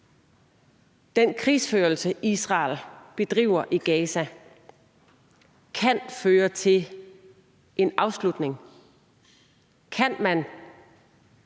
den krigsførelse, Israel bedriver i Gaza, kan føre til en afslutning? Kan man